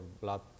blood